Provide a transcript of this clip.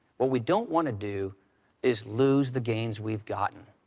what we don't want to do is lose the gains we've gotten.